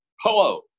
hello